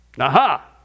Aha